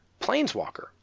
planeswalker